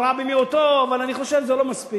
הרע במיעוטו, אבל אני חושב שזה לא מספיק.